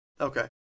Okay